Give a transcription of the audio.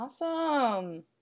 Awesome